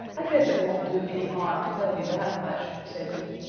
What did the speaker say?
i guess it won't do any harm to tell you that much, said he.